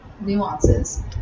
nuances